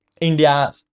India